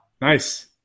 Nice